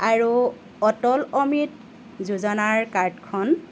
আৰু অটল অমৃত যোজনাৰ কাৰ্ডখন